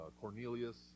Cornelius